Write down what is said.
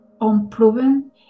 unproven